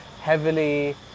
heavily